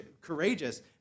courageous